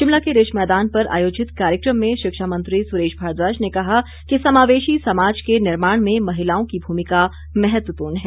शिमला के रिज मैदान पर आयोजित कार्यक्रम में शिक्षा मंत्री सुरेश भारद्वाज ने कहा कि समावेशी समाज के निर्माण में महिलाओं की भूमिका महत्वपूर्ण है